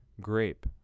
grape